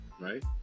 right